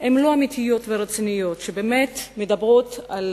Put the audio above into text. הן לא אמיתיות ורציניות שבאמת מדברות על